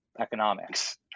economics